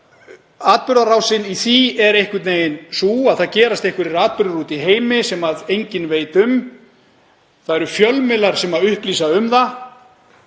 að atburðarásin í því er einhvern veginn sú að það gerast einhverjir atburðir úti í heimi sem enginn veit um. Það eru fjölmiðlar sem upplýsa um það.